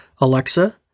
Alexa